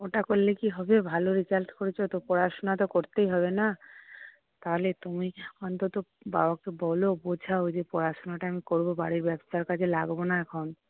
ওটা করলে কী হবে ভালো রেজাল্ট করেছ তো পড়াশোনা তো করতেই হবে না তাহলে তুমি অন্তত বাবাকে বলো বোঝাও যে পড়াশোনাটা আমি করব বাড়ির ব্যবসার কাজে লাগবনা এখন